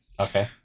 Okay